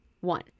One